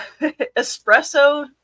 espresso